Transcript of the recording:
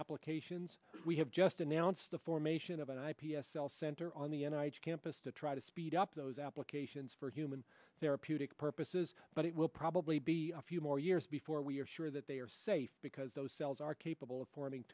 applications we have just announced the formation of an i p s cell center on the n i j campus to try to speed up those applications for human therapeutic purposes but it will probably be a few more years before we are sure that they are safe because those cells are capable of forming